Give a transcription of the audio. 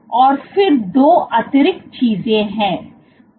और फिर 2 अतिरिक्त चीजें हैं